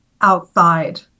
outside